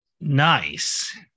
Nice